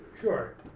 Sure